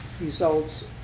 results